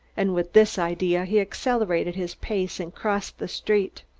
and with this idea he accelerated his pace and crossed the street.